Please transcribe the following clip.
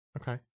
Okay